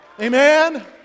Amen